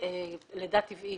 לידה טבעית,